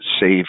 save